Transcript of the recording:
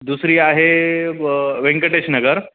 दुसरी आहे व व्यंकटेश नगर